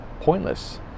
pointless